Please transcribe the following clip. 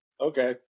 okay